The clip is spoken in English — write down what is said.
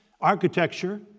architecture